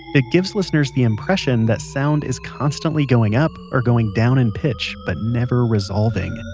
it gives listeners the impression that sound is constantly going up or going down in pitch but never resolving.